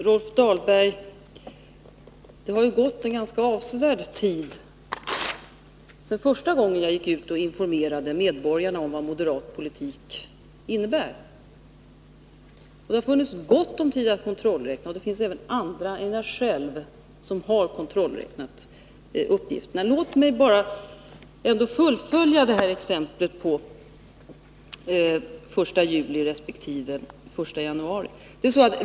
Herr talman! Det har ju gått en ganska avsevärd tid, Rolf Dahlberg, sedan jag första gången gick ut och informerade medborgarna om vad moderat politik innebär. Det har funnits gott om tid att kontrollräkna, och det är även andra än jag själv som har kontrollräknat uppgifterna. Låt mig ändå fullfölja det här exemplet beträffande den 1 juli och den 1 januari.